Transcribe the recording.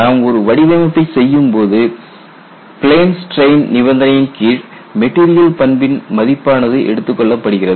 நாம் ஒரு வடிவமைப்பைச் செய்யும்போது பிளேன் ஸ்ட்ரெயின் நிபந்தனையின் கீழ் மெட்டீரியல் பண்பின் மதிப்பானது எடுத்துக்கொள்ளப்படுகிறது